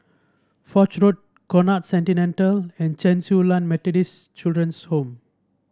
Foch Road Conrad Centennial and Chen Su Lan Methodist Children's Home